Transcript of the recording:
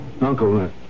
Uncle